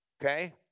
Okay